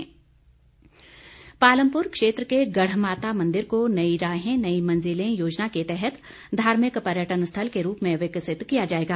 परमार पालमपुर क्षेत्र के गढ़ माता मंदिर को नई राहें नई मंजिलें योजना के तहत धार्मिक पर्यटन स्थल के रूप में विकसित किया जाएगा